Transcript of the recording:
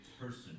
person